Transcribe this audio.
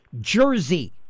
jersey